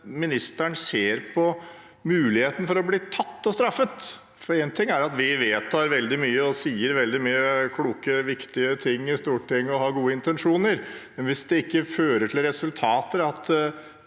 ministeren ser på muligheten for å bli tatt og straffet. En ting er at vi vedtar veldig mye og sier veldig mange kloke, viktige ting i Stortinget og har gode intensjoner, men det må føre til resultater.